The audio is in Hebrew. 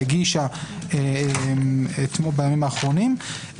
הגישה בימים האחרונים,